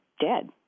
dead